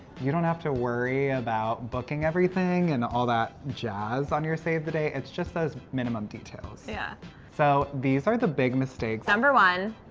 you don't have to worry about booking everything and all that jazz on your save the date. it's just those minimum details. yeah so, these are the big mistakes. number one,